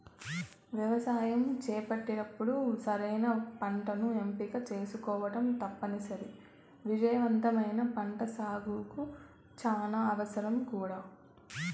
వ్యవసాయం చేసేటప్పుడు సరైన పంటను ఎంపిక చేసుకోవటం తప్పనిసరి, విజయవంతమైన పంటసాగుకు చానా అవసరం కూడా